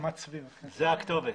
את שומעת אותי?